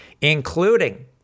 including